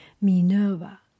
Minerva